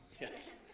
Yes